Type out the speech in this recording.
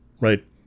right